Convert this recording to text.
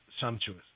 sumptuous